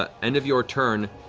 end of your turn,